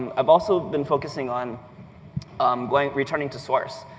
i've also been focusing on um going returning to source,